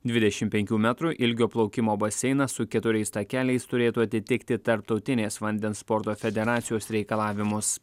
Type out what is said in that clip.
dvidešim penkių metrų ilgio plaukimo baseinas su keturiais takeliais turėtų atitikti tarptautinės vandens sporto federacijos reikalavimus